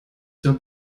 zur